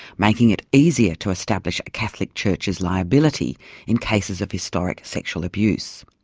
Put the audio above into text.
making it easier to establish a catholic church's liability in cases of historic sexual abuse.